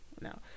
no